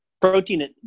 protein